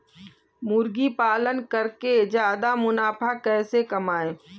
मुर्गी पालन करके ज्यादा मुनाफा कैसे कमाएँ?